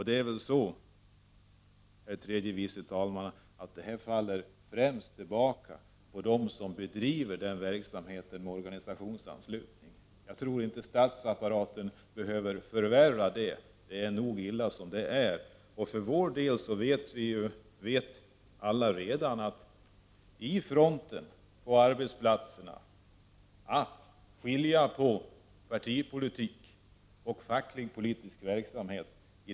Detta, herr tredje vice talman, faller väl främst tillbaka på dem som bedriver verksamhet med organisationsanslutning. Jag tror inte att statsapparaten behöver förvärra det hela. Det är illa nog som det är. Vad gäller oss vet alla redan vid fronten, på arbetsplatserna, att skilja mellan partipolitik och facklig politisk verksamhet.